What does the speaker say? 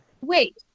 Wait